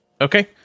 Okay